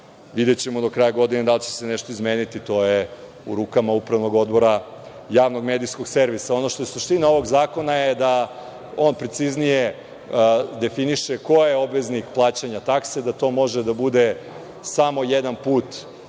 Videćemo do kraja godine da li će se nešto izmeniti, to je u rukama Upravnog odbora Javnog medijskog servisa. Ono što je suština ovog zakona, to je da on preciznije definiše ko je obveznik plaćanja takse, da to može da bude samo jedan put fizičko